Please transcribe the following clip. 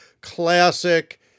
classic